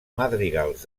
madrigals